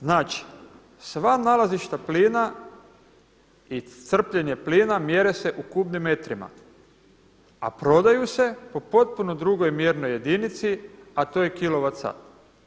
Znači sva nalazišta plina i crpljenje plina mjere se u kubnim metrima a prodaju se po potpuno drugoj mjernoj jedinici a to kilovatsat.